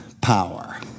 power